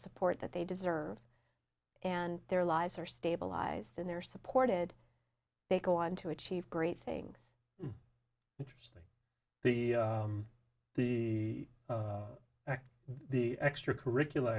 support that they deserve and their lives are stabilized and they're supported they go on to achieve great things the the the extra curricular